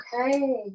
okay